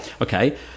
okay